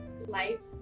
life